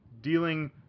Dealing